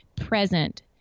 present